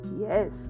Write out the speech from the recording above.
Yes